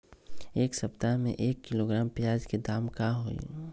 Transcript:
एक सप्ताह में एक किलोग्राम प्याज के दाम का होई?